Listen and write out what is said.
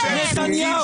נורמלי?